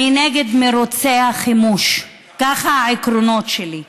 אני נגד מרוצי החימוש, אלה העקרונות שלי,